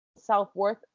self-worth